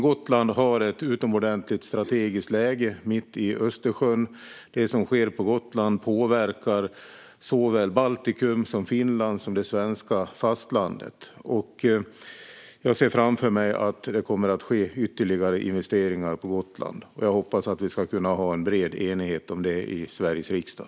Gotland har ett utomordentligt strategiskt läge mitt i Östersjön. Det som sker på Gotland påverkar såväl Baltikum och Finland som det svenska fastlandet. Jag ser framför mig att det kommer att ske ytterligare investeringar på Gotland. Jag hoppas att vi ska kunna ha en bred enighet om det i Sveriges riksdag.